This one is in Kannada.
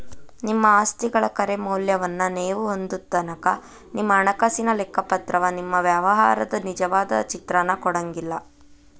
ನಿಮ್ಮ ಆಸ್ತಿಗಳ ಖರೆ ಮೌಲ್ಯವನ್ನ ನೇವು ಹೊಂದೊತನಕಾ ನಿಮ್ಮ ಹಣಕಾಸಿನ ಲೆಕ್ಕಪತ್ರವ ನಿಮ್ಮ ವ್ಯವಹಾರದ ನಿಜವಾದ ಚಿತ್ರಾನ ಕೊಡಂಗಿಲ್ಲಾ